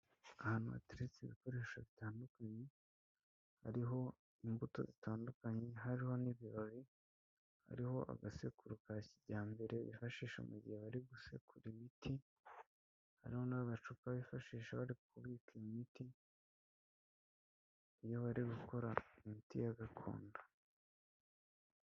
Ahantu hateretse ibikoresho bitandukanye, hariho imbuto zitandukanye hariho n'ibibabi hariho agasekururo ka kijyambere bifashisha mu gihe bari gusekura imiti, harimo n'amacupa bifashisha bari kubika imiti, iyo bari gukora imiti ya gakondo.